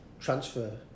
transfer